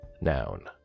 Noun